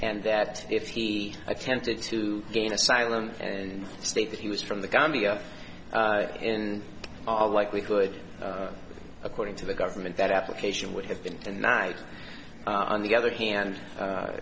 and that if he attempted to gain asylum and state that he was from the gambia in all likelihood according to the government that application would have been denied on the other hand